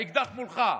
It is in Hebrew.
האקדח מולך,